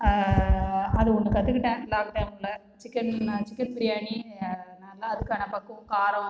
அது ஒன்று கத்துக்கிட்டேன் லாக்டவுனில் சிக்கன் சிக்கன் பிரியாணி நல்லா அதுக்கான பக்குவம் காரம்